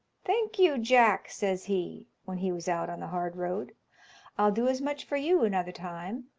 thank you, jack, says he, when he was out on the hard road i'll do as much for you another time.